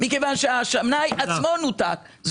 מכיוון שהשנאי עצמו נותק.